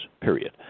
period